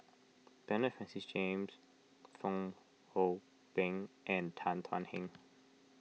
Bernard Francis James Fong Hoe Beng and Tan Thuan Heng